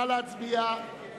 נא להצביע.